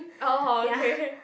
oh okay